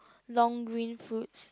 long green fruits